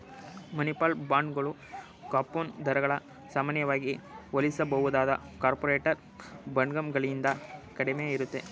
municipal ಬಾಂಡ್ಗಳು coupon ದರಗಳು ಸಾಮಾನ್ಯವಾಗಿ ಹೋಲಿಸಬಹುದಾದ ಕಾರ್ಪೊರೇಟರ್ ಬಾಂಡ್ಗಳಿಗಿಂತ ಕಡಿಮೆ ಇರುತ್ತೆ